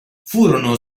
furono